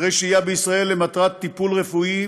היתרי שהייה בישראל למטרת טיפול רפואי,